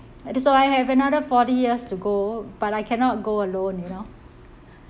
as if so I have another forty years to go but I cannot go alone you know